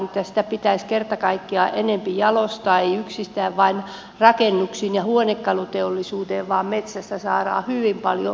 sitä pitäisi kerta kaikkiaan enempi jalostaa ei yksistään vain rakennuksiin ja huonekaluteollisuuteen vaan metsästä saadaan hyvin paljon muutakin